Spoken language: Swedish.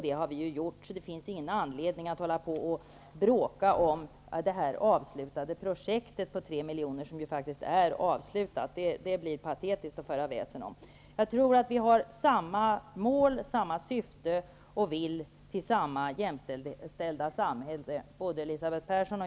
Det har vi gjort, och det finns ingen anledning att bråka om det avslutade projektet på 3 miljoner -- det är faktiskt avslutat. Det blir patetiskt att föra väsen om det. Jag tror att Elisabeth Persson och jag har samma mål och samma syfte och att vi vill till samma jämställda samhälle.